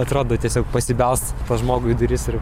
atrodo tiesiog pasibelst pas žmogų į durys ir